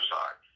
side